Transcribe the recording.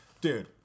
Dude